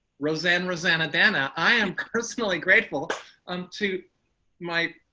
roseanne roseannadanna, i am personally grateful um to my,